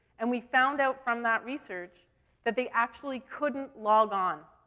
and we found out from that research that they actually couldn't log on.